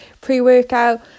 pre-workout